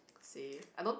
say I don't